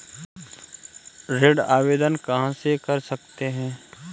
ऋण आवेदन कहां से कर सकते हैं?